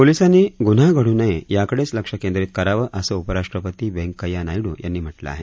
पोलिसांनी गुन्हा घडू नये याकडेच लक्ष केंद्रीत करावं असं उपराष्ट्रपती व्यंकय्या नायड यांनी म्हटलं आहे